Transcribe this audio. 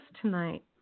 tonight